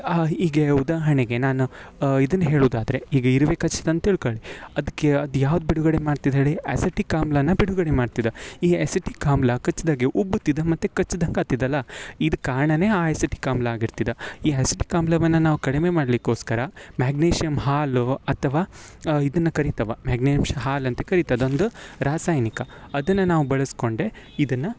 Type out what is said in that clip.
ಆ ಹೀಗೆ ಉದಾಹರಣೆಗೆ ನಾನು ಇದನ್ನು ಹೇಳುವುದಾದ್ರೆ ಈಗ ಇರುವೆ ಕಚ್ಚುತ್ತೆ ಅಂತ ತಿಳ್ಕೊಳ್ಳಿ ಅದಕ್ಕೆ ಅದು ಯಾವ್ದು ಬಿಡುಗಡೆ ಮಾಡ್ತಿದೆ ಹೇಳಿ ಆಸಿಟಿಕ್ ಆಮ್ಲನ ಬಿಡುಗಡೆ ಮಾಡ್ತಿದ ಈ ಆಸಿಟಿಕ್ ಆಮ್ಲ ಕಚ್ಚಿದಾಗೆ ಉಬ್ತಿದ ಮತ್ತೆ ಕಚ್ಚದಾಕ್ ಆತಿದ ಅಲ್ಲ ಇದು ಕಾರಣನೇ ಆ ಆಸಿಟಿಕ್ ಆಮ್ಲ ಆಗಿರ್ತದೆ ಈ ಆಸಿಟಿಕ್ ಆಮ್ಲವನ್ನು ನಾವು ಕಡಿಮೆ ಮಾಡಲಿಕ್ಕೋಸ್ಕರ ಮೆಗ್ನೀಷಿಮ್ ಹಾಲು ಅಥವಾ ಇದನ್ನು ಕರೀತವ ಮೆಗ್ನೀಷಿಮ್ ಹಾಲ್ ಅಂತ ಕರಿತದೆ ಅದೊಂದು ರಾಸಾಯನಿಕ ಅದನ್ನು ನಾವು ಬಳಸಿಕೊಂಡೆ ಇದನ್ನು